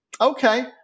okay